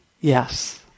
Yes